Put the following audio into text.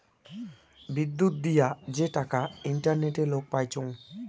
বিদ্যুত দিয়া যে টাকা ইন্টারনেটে লোক পাইচুঙ